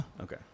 Okay